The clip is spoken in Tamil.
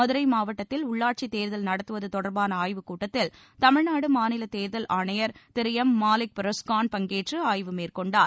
மதுரை மாவட்டத்தில் உள்ளாட்சித் தேர்தல் நடத்துவது தொடர்பான ஆய்வுக் கூட்டத்தில் தமிழ்நாடு மாநிலத் தேர்தல் ஆணையர் திரு எம் மாலிக் பெரோஸ்கான் பங்கேற்று ஆய்வு மேற்கொண்டார்